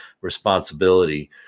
responsibility